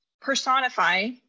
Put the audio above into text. Personify